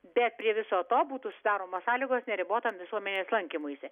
bet prie viso to būtų sudaromos sąlygos neribotam visuomenės lankymuisi